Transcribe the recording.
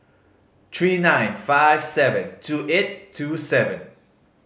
three nine five seven two eight two seven